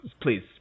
Please